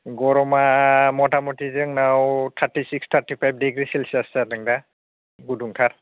गरमा मथा मथि जोंनाव thirty six thirty five degree Celsius जादों दा गुदुंथार